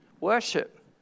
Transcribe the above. Worship